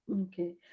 Okay